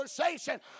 conversation